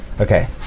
Okay